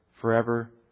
forever